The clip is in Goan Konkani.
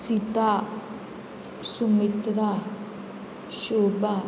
सिता सुमित्रा शोभा